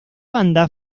banda